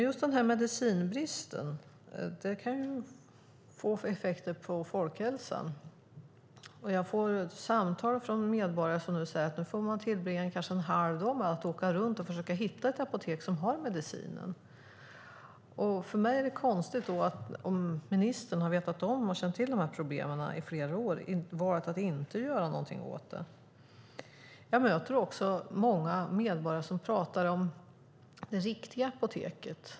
Just medicinbristen kan få effekter på folkhälsan. Jag får samtal från medborgare som säger att de får tillbringa kanske en halv dag med att åka runt för att försöka hitta ett apotek som har medicinen. Om ministern har känt till problemen i flera år är det konstigt att ministern har valt att inte göra något åt dem. Jag tror också att många medborgare pratar om "det riktiga apoteket".